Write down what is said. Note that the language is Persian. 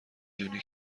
دونی